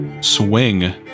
swing